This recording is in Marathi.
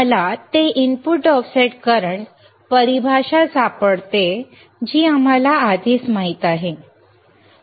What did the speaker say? मला ते इनपुट ऑफसेट करंट परिभाषा सापडते जी आम्हाला आधीच माहित आहे